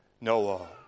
Noah